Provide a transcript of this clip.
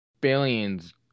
billions